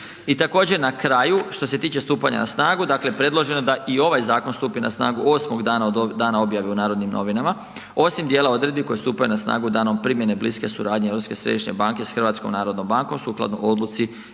I također na kraju, što se tiče stupanja na snagu, dakle predloženo je da i ovaj zakon stupi na snagu 8 dana od dana objave u Narodnim novinama osim djela odredbi koje stupaju na snagu danom primjene bliske suradnje Europske središnje banke sa HNB-om sukladno odluci